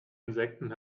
insekten